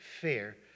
fair